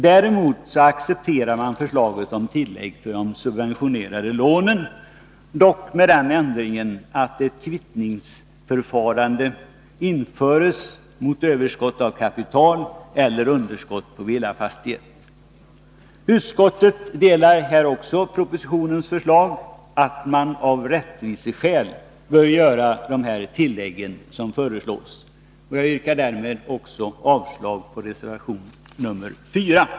Däremot accepteras förslaget om tillägg för subventionerade lån, dock med den ändringen att ett kvittningsförfarande införs mot överskott av kapital eller underskott på villafastighet. Utskottet delar regeringens åsikt att man av rättviseskäl bör göra de tillägg som föreslås. Jag yrkar därför avslag också på reservation 4.